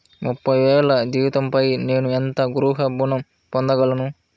ముప్పై వేల జీతంపై నేను ఎంత గృహ ఋణం పొందగలను?